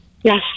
Yes